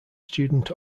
student